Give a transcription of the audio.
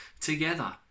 together